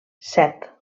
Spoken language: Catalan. set